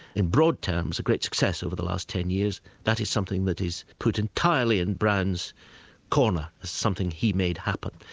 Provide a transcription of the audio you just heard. in broad terms, a great success over the last ten years. that is something that is put entirely in brown's corner, it's something he made happen.